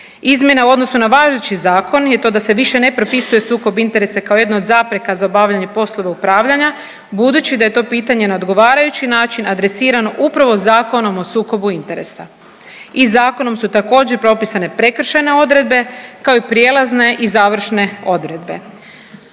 Izmjena u odnosu na važeći zakon je to da se više ne propisuje sukob interesa kao jedna od zapreka za obavljanje poslova upravljanja budući da je to pitanje na odgovarajući način adresirano upravo Zakonom o sukobu interesa. I zakonom su također propisane prekršajne odredbe kao i prijelazne i završne odredbe.